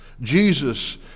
Jesus